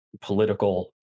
political